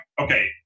okay